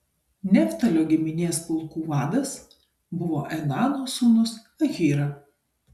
neftalio giminės pulkų vadas buvo enano sūnus ahyra